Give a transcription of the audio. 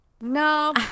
No